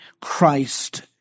Christ